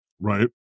right